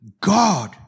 God